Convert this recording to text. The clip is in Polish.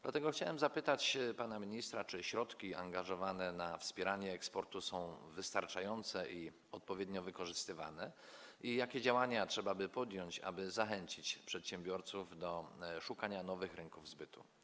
Dlatego chciałem zapytać pana ministra, czy środki angażowane na wspieranie eksportu są wystarczające i odpowiednio wykorzystywane i jakie działania trzeba by podjąć, aby zachęcić przedsiębiorców do szukania nowych rynków zbytu.